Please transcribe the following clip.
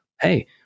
hey